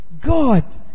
God